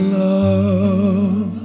love